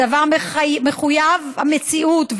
הדבר מחויב המציאות,